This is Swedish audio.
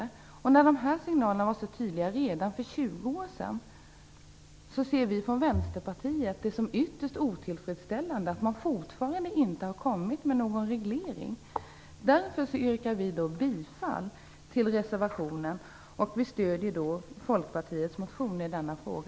Med hänsyn till att de här signalerna var så tydliga redan för 20 år sedan ser vi från Vänsterpartiet det som ytterst otillfredsställande att man fortfarande inte har kommit med någon reglering. Därför yrkar jag bifall till reservationen. Vi stöder därmed Folkpartiets motion i denna fråga.